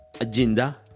agenda